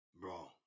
Bro